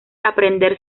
aprender